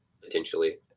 potentially